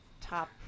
top